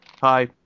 hi